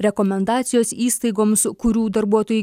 rekomendacijos įstaigoms kurių darbuotojai